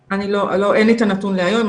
לא, אין לי את הנתון להיום.